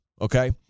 okay